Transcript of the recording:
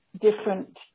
Different